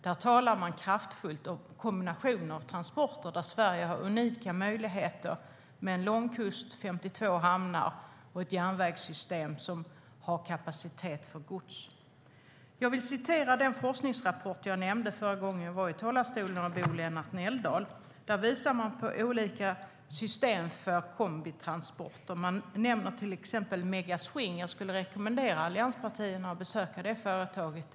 Där talar man kraftfullt om kombinationer av transporter där Sverige har unika möjligheter med en lång kust, 52 hamnar och ett järnvägssystem som har kapacitet för gods. Jag vill referera till den forskningsrapport jag nämnde förra gången jag var i talarstolen av Bo-Lennart Nelldal. Där visar man på olika system för kombitransporter. Man nämner till exempel Megaswing. Jag skulle rekommendera allianspartierna att besöka det företaget.